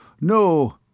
No